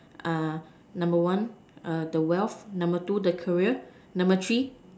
uh number one err the wealth number two the career number three